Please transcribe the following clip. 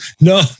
no